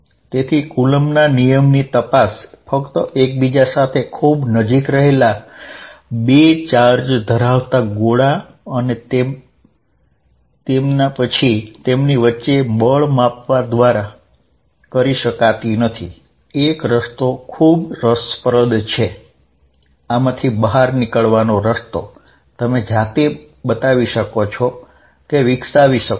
તેથી કુલમ્બના નિયમની તપાસ ફક્ત એકબીજા સાથે ખુબ નજીક રહેલા બે ચાર્જ ધરાવતા ગોળા અને પછી તેમની વચ્ચે બળ માપવાથી કરી શકાતી નથી એક રસ્તો ખૂબ રસપ્રદ છે આમાંથી બહાર નીકળવાનો રસ્તો તમે જાતે બતાવી શકો છો કે વિકસાવી શકો છે